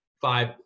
five